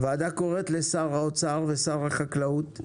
הוועדה קוראת לשר האוצר ושר החקלאות,